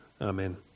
Amen